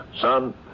Son